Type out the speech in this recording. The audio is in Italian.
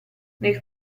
nel